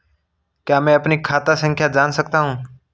क्या मैं अपनी खाता संख्या जान सकता हूँ?